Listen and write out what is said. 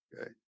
Okay